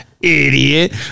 idiot